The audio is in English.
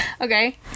Okay